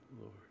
Lord